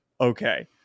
okay